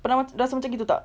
pernah ma~ rasa macam gitu tak